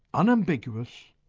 unambiguous,